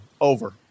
over